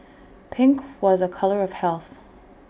pink was A colour of health